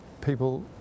people